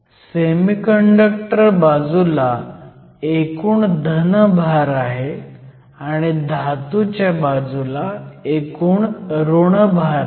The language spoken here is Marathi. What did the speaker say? सेमीकंडक्टर बाजूला एकूण धन भार आहे आणि धातूच्या बाजूला एकूण ऋण भार आहे